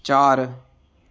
ਚਾਰ